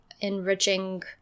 enriching